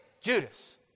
Judas